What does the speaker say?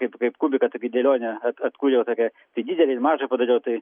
kaip kaip kubiką tokį dėlionę at atkūriau tokią tai didelį ir mažą padariau tai